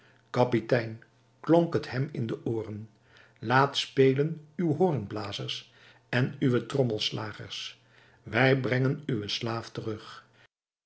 kapitein klonk het hem in de ooren laat spelen uwe hoornblazers en uwe trommelslagers wij brengen uwen slaaf terug